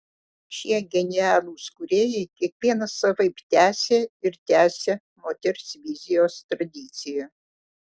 šie genialūs kūrėjai kiekvienas savaip tęsė ir tęsia moters vizijos tradiciją